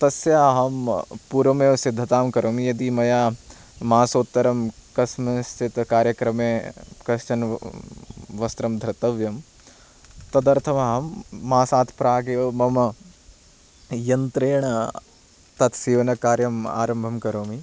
तस्य अहं पूर्वमेव सिद्धतां करोमि यदि मया मासोत्तरं कस्मिंश्चित् कार्यक्रमे कश्चन वस्त्रं धर्तव्यं तदर्थम् अहं मासात् प्रागेव मम यन्त्रेण तत् सीवनकार्यम् आरम्भं करोमि